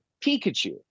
Pikachu